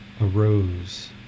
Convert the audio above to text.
arose